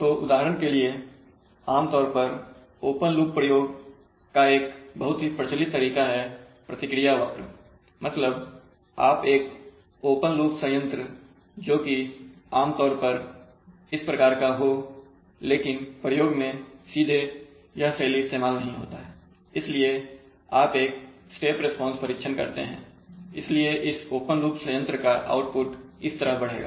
तो उदाहरण के लिए आमतौर पर ओपन लूप प्रयोग का एक बहुत ही प्रचलित तरीका है प्रतिक्रिया वक्र मतलब आप एक ओपन लूप संयंत्र जोकि आमतौर पर इस प्रकार का हो लेकिन प्रयोग में सीधे यह शैली इस्तेमाल नहीं होता है इसलिए आप एक स्टेप रिस्पांस परीक्षण करते हैं इसलिए इस ओपन लूप संयंत्र का आउटपुट इस तरह बढ़ेगा